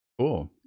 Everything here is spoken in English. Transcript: Cool